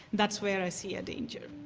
that's where i see a danger.